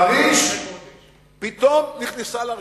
חריש פתאום נכנסה לרשימה.